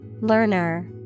Learner